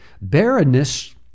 Barrenness